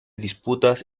disputas